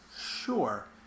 Sure